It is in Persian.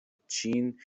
چین